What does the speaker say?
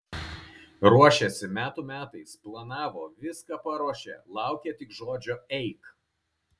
ruošėsi metų metais planavo viską paruošę laukė tik žodžio eik